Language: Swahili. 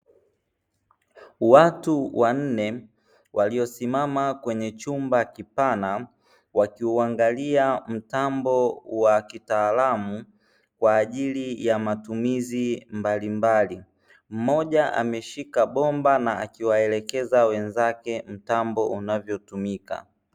Watu wanne waliosimama kwenye chumba kipana wakiuangalia mtambo wa kitaalamu kwa ajili ya matumizi mbalimbali, mmoja ameshika bomba na kuwaelekeza wenzake mtambo unavyotumika.